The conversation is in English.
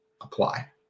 apply